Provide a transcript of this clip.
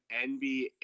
nba